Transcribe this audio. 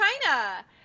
China